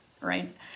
Right